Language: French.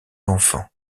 enfants